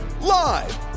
Live